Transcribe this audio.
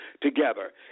together